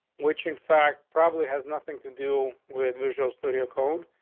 which in fact probably has nothing to do with visuals through your cold.